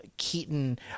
Keaton